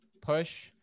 push